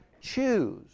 choose